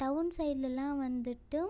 down சைட்லலாம் வந்துட்டு